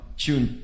tune